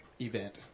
event